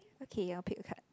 okay I'll pick a card